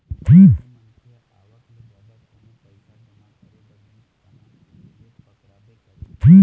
कोनो मनखे ह आवक ले जादा कहूँ पइसा जमा करे बर गिस तहाँ ले पकड़ाबे करही